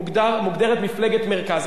מוגדרת מפלגת מרכז.